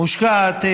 מושקעת.